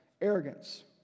arrogance